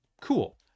cool